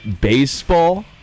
baseball